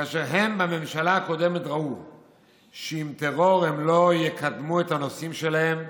כאשר הם בממשלה הקודמת ראו שעם טרור הם לא יקדמו את הנושאים שלהם,